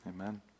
Amen